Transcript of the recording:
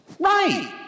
Right